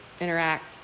interact